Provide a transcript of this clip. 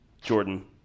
Jordan